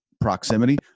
proximity